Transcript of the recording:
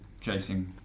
chasing